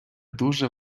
дуже